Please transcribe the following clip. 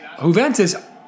Juventus